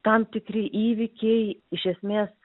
tam tikri įvykiai iš esmės